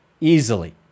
easily